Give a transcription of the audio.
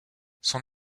son